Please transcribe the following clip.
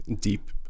deep